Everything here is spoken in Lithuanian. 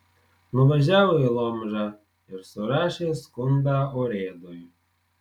nuvažiavo į lomžą ir surašė skundą urėdui